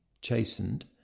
chastened